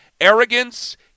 Arrogance